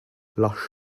lush